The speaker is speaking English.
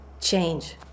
change